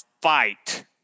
fight